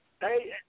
Hey